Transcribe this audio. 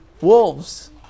wolves